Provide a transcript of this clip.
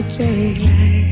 daylight